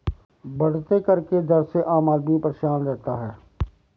बढ़ते कर के दर से आम आदमी परेशान रहता है